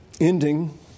Ending